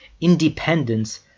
Independence